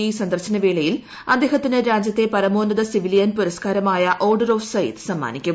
E സന്ദർശനവേളയിൽ അദ്ദേഹത്തിന് രാജ്യത്തെ പരമോന്നത സിവിലിയൻ പുരസ്ക്കാരമായ ഓർഡർ ഓഫ് സയ്യിദ് സമ്മാനിക്കും